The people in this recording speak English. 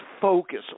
focus